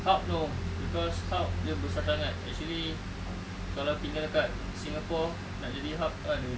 hulk no cause hulk dia besar sangat actually kalau tinggal dekat singapore nak jadi hulk !aduh!